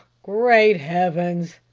great heavens!